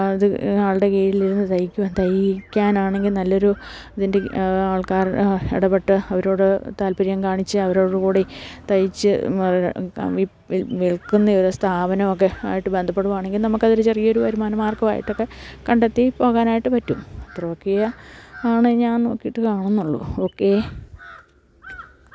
അത് ഒരാളുടെ കീഴിലിരുന്ന് തയ്ക്കാനാണെങ്കില് നല്ലൊരു ഇതിൻ്റെ ആൾക്കാരുമായി ഇടപെട്ട് അവരോട് താല്പര്യം കാണിച്ച് അവരോടുകൂടി തയ്ച്ച് വിൽക്കുന്ന ഒരു സ്ഥാപനമൊക്കെയായിട്ട് ബന്ധപ്പെടുകയാണെങ്കില് നമുക്കതൊരു ചെറിയൊരു വരുമാനമാർഗമായിട്ടൊക്കെ കണ്ടെത്തിപ്പോകാനായിട്ട് പറ്റും അത്രയൊക്കെയാണ് ഞാൻ നോക്കിയിട്ട് കാണുന്നുള്ളൂ ഓക്കേ